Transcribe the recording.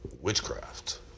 witchcraft